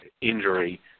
injury